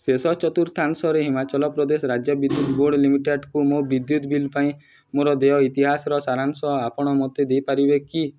ଶେଷ ଚତୁର୍ଥାଂଶରେ ହିମାଚଳ ପ୍ରଦେଶ ରାଜ୍ୟ ବିଦ୍ୟୁତ ବୋର୍ଡ଼ ଲିମିଟେଡ଼୍କୁ ମୋ ବିଦ୍ୟୁତ ବିଲ୍ ପାଇଁ ମୋର ଦେୟ ଇତିହାସର ସାରାଂଶ ଆପଣ ମୋତେ ଦେଇପାରିବେ କି